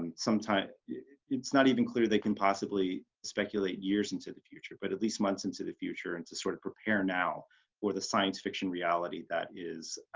and sometime it's not even clear they can possibly speculate years into the future, but at least months into the future and to sort of prepare now for the science fiction reality. that is